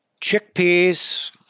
Chickpeas